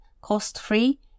cost-free